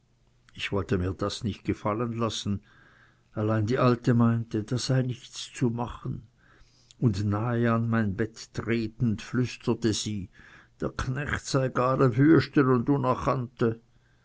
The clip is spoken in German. ich wollte mir das nicht gefallen lassen allein die alte meinte da sei nichts zu machen und nahe an mein bett tretend flüsterte sie der knecht sei gar e wüeste und